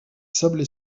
sablé